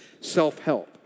self-help